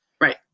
Right